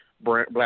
black